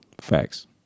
Facts